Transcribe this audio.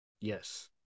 yes